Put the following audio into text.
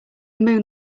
moon